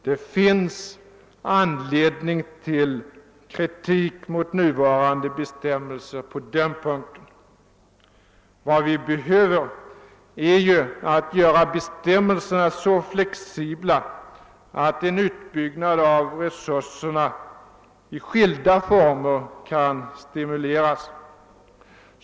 Det finns anledning till kritik mot nuvarande bestämmelser på den punkten. Vad som behövs är att bestämmelserna görs så flexibla att en utbyggnad av resurserna i skilda former kan stimuleras.